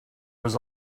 was